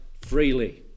freely